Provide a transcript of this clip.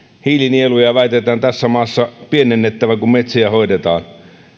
hiilinieluja väitetään tässä maassa pienennettävän kun metsiä hoidetaan